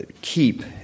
keep